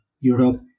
Europe